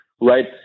Right